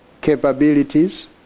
capabilities